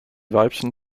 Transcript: weibchen